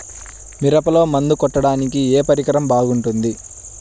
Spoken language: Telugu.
మిరపలో మందు కొట్టాడానికి ఏ పరికరం బాగుంటుంది?